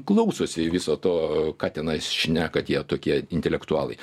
klausosi viso to ką tenais šneka tie tokie intelektualai